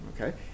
okay